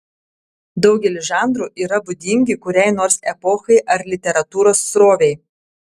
daugelis žanrų yra būdingi kuriai nors epochai ar literatūros srovei